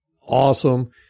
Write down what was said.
awesome